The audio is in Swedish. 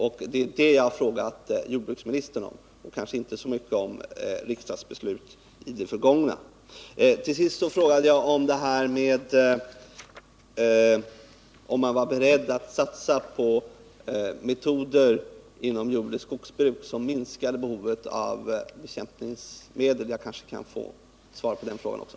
Och det var det jag frågade jordbruksministern om — kanske inte så mycket om riksdagsbeslut i det förgångna. Till sist frågade jag om man var beredd att satsa på metoder inom jordoch skogsbruk som minskar behovet av bekämpningsmedel. Jag kanske kan få ett svar på den frågan också.